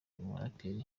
umuraperi